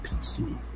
PC